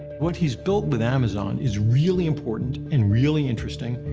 what he's built in amazon is really important and really interesting,